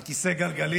על כיסא גלגלים,